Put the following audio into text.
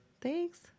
Thanks